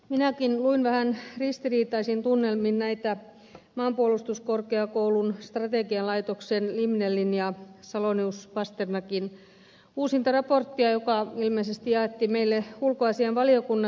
minäkin luin vähän ristiriitaisin tunnelmin maanpuolustuskorkeakoulun strategian laitoksen limnellin ja salonius pasternakin uusinta raporttia joka ilmeisesti jaettiin meille ulkoasiainvaliokunnassa